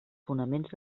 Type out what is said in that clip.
fonaments